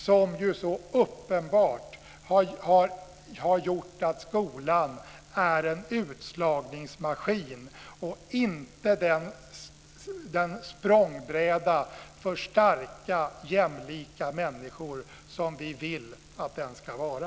Den har ju uppenbarligen gjort att skolan är en utslagningsmaskin och inte den språngbräda för starka jämlika människor som vi vill att den ska vara.